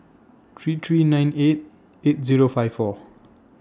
three three nine eight eight Zero five four